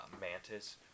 Mantis